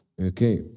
Okay